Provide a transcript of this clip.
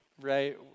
right